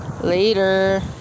Later